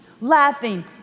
laughing